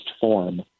form